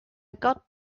got